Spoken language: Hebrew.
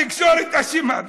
התקשורת אשמה.